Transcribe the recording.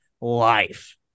life